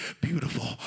beautiful